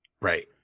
Right